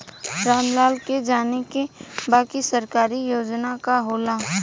राम लाल के जाने के बा की सरकारी योजना का होला?